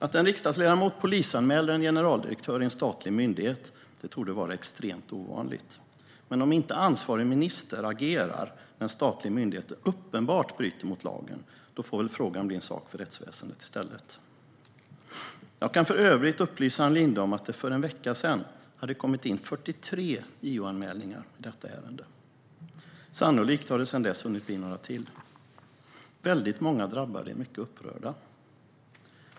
Att en riksdagsledamot polisanmäler en generaldirektör i en statlig myndighet torde vara extremt ovanligt. Men om inte ansvarig minister agerar när en statlig myndighet uppenbart bryter mot lagen får väl frågan bli en sak för rättsväsendet i stället. Jag kan för övrigt upplysa Ann Linde om att det för en vecka sedan hade kommit in 43 JO-anmälningar i detta ärende. Sannolikt har det sedan dess hunnit bli några till. Väldigt många drabbade är mycket upprörda.